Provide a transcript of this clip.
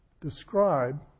Describe